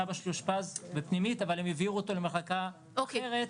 סבא שלי אושפז בפנימית אבל הם העבירו אותו למחלקה אחרת.